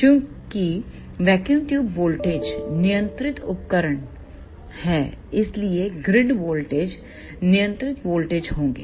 चूंकि vacuum tube voltage नियंत्रित उपकरण हैं इसलिए ग्रिड वोल्टेज नियंत्रित वोल्टेज होंगे